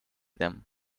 them